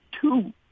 two